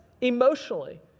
emotionally